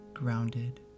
grounded